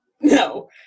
no